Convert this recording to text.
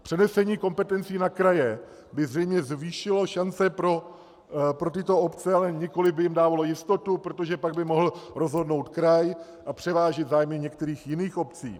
Přenesení kompetencí na kraje by zřejmě zvýšilo šance pro tyto obce, ale nikoliv by jim dávalo jistotu, protože pak by mohl rozhodnout kraj a převážit zájmy některých jiných obcí.